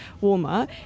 warmer